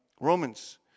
Romans